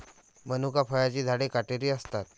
मनुका फळांची झाडे काटेरी असतात